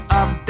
up